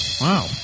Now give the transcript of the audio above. Wow